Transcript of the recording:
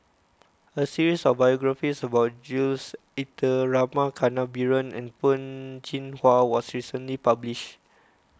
a series of biographies about Jules Itier Rama Kannabiran and Peh Chin Hua was recently published